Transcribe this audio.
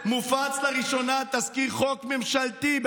ב-2018 מופץ לראשונה תזכיר חוק ממשלתי.